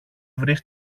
βρεις